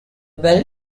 bell